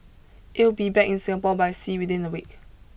it will be back in Singapore by sea within a week